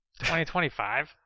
2025